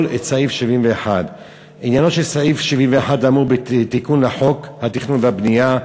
את סעיף 71. עניינו של סעיף 71 האמור בתיקון לחוק התכנון והבנייה,